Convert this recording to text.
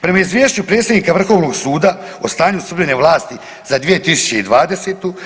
Prema izvješću predsjednika Vrhovnog suda o stanju sudbene vlasti za 2020.